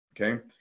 Okay